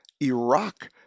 Iraq